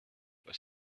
was